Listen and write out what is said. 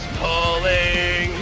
pulling